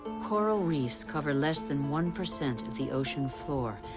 coral reefs cover less than one percent of the ocean floor,